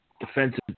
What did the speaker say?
defensive